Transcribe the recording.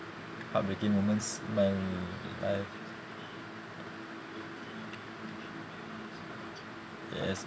heartbreaking moments in my life yes